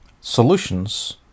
solutions